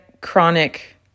chronic